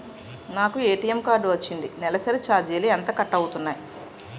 నాకు ATM card వచ్చింది నెలసరి ఛార్జీలు ఎంత కట్ అవ్తున్నాయి?